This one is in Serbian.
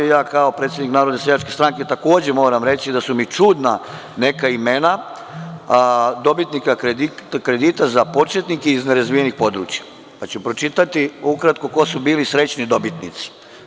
Ja kao predsednik Narodne seljačke stranke takođe moram reći da su mi čudna neka imena dobitnika kredita za početnike iz nerazvijenih područja, pa ću pročitati ukratko ko su bili srećni dobitnici.